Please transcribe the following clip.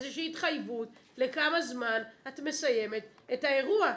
איזושהי התחייבות לכמה זמן את מסיימת את האירוע,